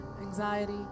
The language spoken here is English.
anxiety